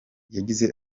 yagize